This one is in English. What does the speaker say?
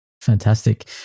Fantastic